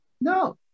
No